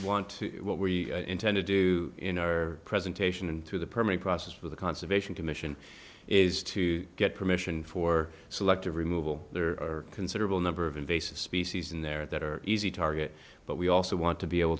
want to do what we intend to do in our presentation into the permit process for the conservation commission is to get permission for selective removal there are considerable number of invasive species in there that are easy target but we also want to be able